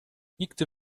nigdy